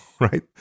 right